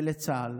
ולצה"ל.